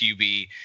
QB